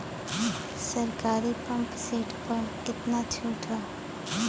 सरकारी pump set प कितना छूट हैं?